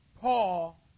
Paul